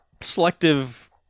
selective